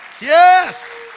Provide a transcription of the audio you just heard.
Yes